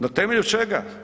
Na temelju čega?